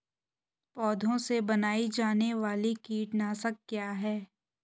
पौधों से बनाई जाने वाली कीटनाशक क्या है?